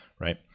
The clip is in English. right